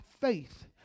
faith